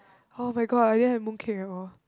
[oh]-my-god I didn't have mooncake at all